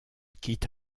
quitte